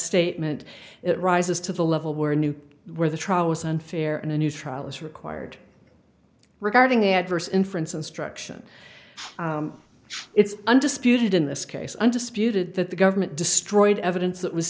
statement it rises to the level where new where the trial was unfair and a new trial is required regarding the adverse inference instruction it's undisputed in this case undisputed that the government destroyed evidence that was